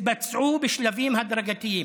התבצעו בשלבים הדרגתיים.